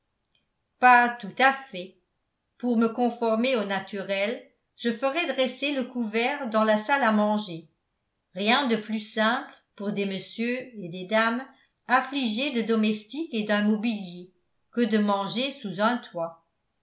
pas tout à fait pour me conformer au naturel je ferai dresser le couvert dans la salle à manger rien de plus simple pour des messieurs et des dames affligés de domestiques et d'un mobilier que de manger sous un toit